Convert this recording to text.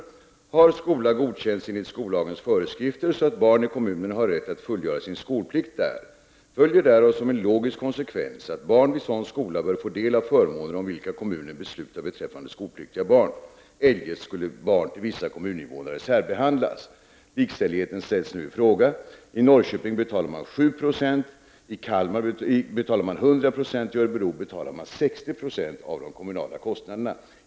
Det står i det aktuella betänkandet: ”Har skola godkänts enligt skollagens föreskrifter så att barn i kommunen har rätt att fullgöra sin skolplikt där, följer därav som en logisk konsekvens att barn vid sådan skola bör få del av förmåner om vilka kommunen beslutar beträffande skolpliktiga barn. Eljest skulle barn till vissa kommuninvånare särbehandlas.” Likställigheten ifrågasätts nu. I Norrköping t.ex. står man för 7 70, i Kal mar för 100 96 och i Örebro för 60 20 av de kommunala kostnaderna.